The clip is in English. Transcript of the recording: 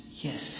Yes